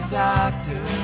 doctor